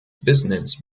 business